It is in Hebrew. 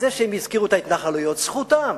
זה שהם הזכירו את ההתנחלויות, זכותם.